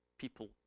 people